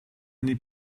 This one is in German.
eine